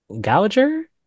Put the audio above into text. Gouger